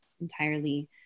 entirely